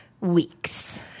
weeks